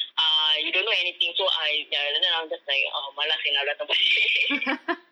uh you don't know anything so I uh that time I'm just like malas seh nak datang balik